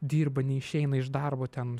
dirba neišeina iš darbo ten